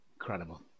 Incredible